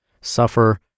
suffer